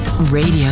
Radio